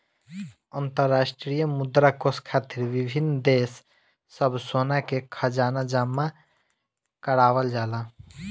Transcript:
अंतरराष्ट्रीय मुद्रा कोष खातिर विभिन्न देश सब सोना के खजाना जमा करावल जाला